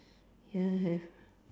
ya have